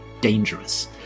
dangerous